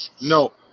no